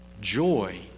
joy